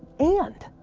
and.